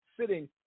sitting